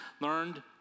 learned